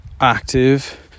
active